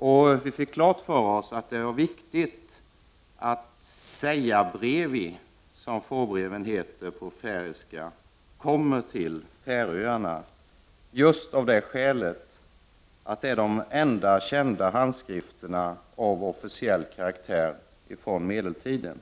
Dessutom fick vi klart för oss att det är viktigt att ”seydabrevid”, som fårbrevet heter på färöiska, kommer till Färöarna just därför att det handlar om de enda kända handskrifter av officiell karaktär som finns från medeltiden.